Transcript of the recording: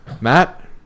matt